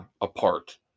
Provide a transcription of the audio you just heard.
apart